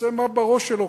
עושה מה בראש שלו,